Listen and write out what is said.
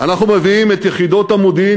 את יחידות המודיעין,